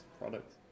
product